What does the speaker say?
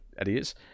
idiots